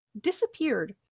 disappeared